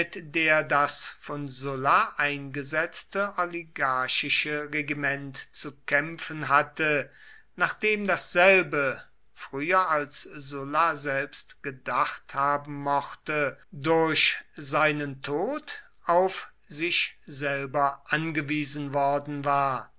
der das von sulla eingesetzte oligarchische regiment zu kämpfen hatte nachdem dasselbe früher als sulla selbst gedacht haben mochte durch seinen tod auf sich selber angewiesen worden war